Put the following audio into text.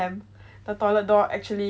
the toilet door actually